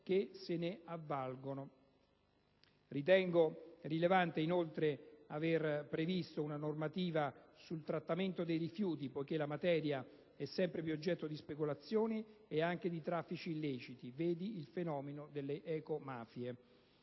che se ne avvalgono. Ritengo rilevante, inoltre, avere previsto una normativa sul trattamento dei rifiuti, poiché la materia è sempre più oggetto di speculazioni e anche di traffici illeciti (vedi il fenomeno delle ecomafie).